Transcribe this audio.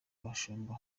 abashumba